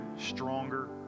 stronger